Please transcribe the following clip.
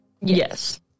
Yes